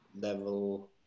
level